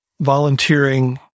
volunteering